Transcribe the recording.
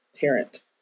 parent